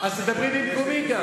אני מכירה